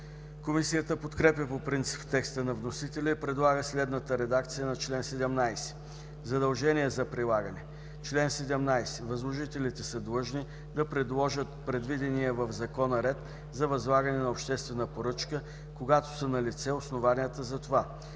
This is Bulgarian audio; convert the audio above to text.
Комисията подкрепя по принцип текста на вносителя и предлага следната редакция на чл. 17: „Задължение за прилагане Чл. 17. (1) Възложителите са длъжни да приложат предвидения в закона ред за възлагане на обществена поръчка, когато са налице основанията за това.